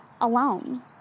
alone